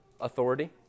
authority